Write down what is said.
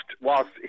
whilst